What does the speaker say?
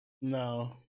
No